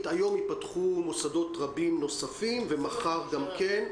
אני מתכבד לפתוח את ישיבת ועדת החינוך בנושא החזרה ללימודים,